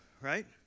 right